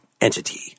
entity